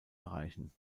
erreichen